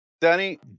Danny